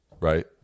right